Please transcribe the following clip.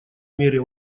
мере